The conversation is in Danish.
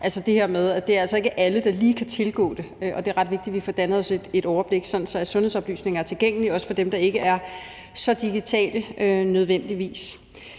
at det ikke er alle, der lige kan tilgå det. Og det er ret vigtigt, at vi får dannet os et overblik, sådan at sundhedsoplysninger er tilgængelige også for dem, der ikke nødvendigvis